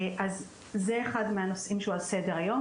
אז זה אחד מהנושאים שהוא על סדר היום,